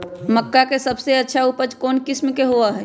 मक्का के सबसे अच्छा उपज कौन किस्म के होअ ह?